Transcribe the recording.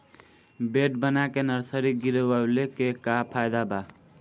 Bed बना के nursery गिरवले के का फायदा बा?